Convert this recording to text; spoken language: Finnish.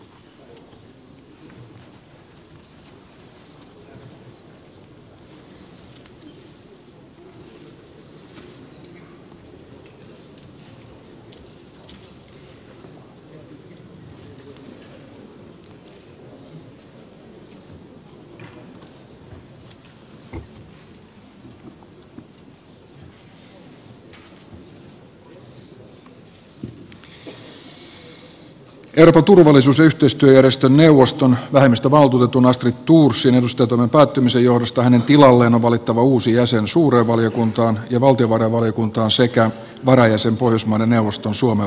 euroopan turvallisuus ja yhteistyöjärjestön neuvoston vähemmistövaltuutetun astrid thorsin edustajantoimen päättymisen johdosta hänen tilalleen on valittava uusi jäsen suureen valiokuntaan ja valtiovarainvaliokuntaan sekä varajäsen pohjoismaiden neuvoston suomen valtuuskuntaan